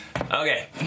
Okay